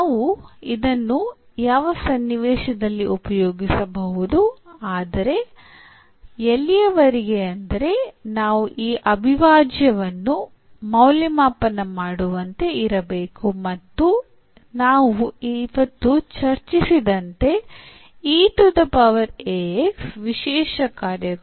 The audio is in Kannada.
ನಾವು ಇದನ್ನು ಯಾವ ಸನ್ನಿವೇಶದಲ್ಲಿ ಉಪಯೋಗಿಸಬಹುದು ಆದರೆ ಎಲ್ಲಿಯವರೆಗೆ ಅಂದರೆ ನಾವು ಈ ಅವಿಭಾಜ್ಯವನ್ನು ಮೌಲ್ಯಮಾಪನ ಮಾಡುವಂತೆ ಇರಬೇಕು ಮತ್ತು ನಾವು ಇವತ್ತು ಚರ್ಚಿಸಿದಂತೆ ವಿಶೇಷ ಕಾರ್ಯಗಳು